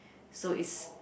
so is